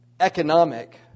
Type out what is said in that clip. economic